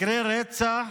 מקרי הרצח